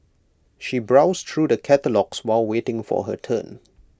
she browsed through the catalogues while waiting for her turn